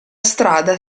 strada